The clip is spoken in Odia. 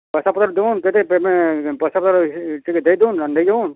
ପଇସା ପତର୍ ଦେଉନ୍ କେତେ ପେମେଣ୍ଟ ପଇସା ପତର୍ କେତେ ଦେଇ ଦେଉନ୍ ଆର୍ ନେଇଯାଉନ୍